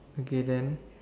okay then